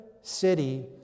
city